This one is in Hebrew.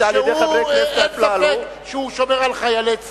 אין ספק שהוא שומר על חיילי צה"ל,